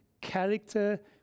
character